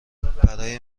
برای